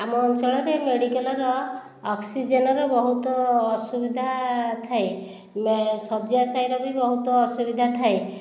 ଆମ ଅଞ୍ଚଳରେ ମେଡିକାଲର ଅକ୍ସିଜେନର ବହୁତ ଅସୁବିଧା ଥାଏ ଶଯ୍ୟାଶାୟୀର ବି ବହୁତ ଅସୁବିଧା ଥାଏ